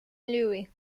levy